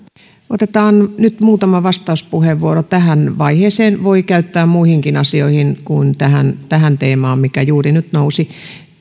otetaan nyt muutama vastauspuheenvuoro tähän vaiheeseen voi käyttää muihinkin asioihin kuin tähän tähän teemaan mikä juuri nyt nousi